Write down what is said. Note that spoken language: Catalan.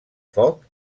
foc